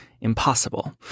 impossible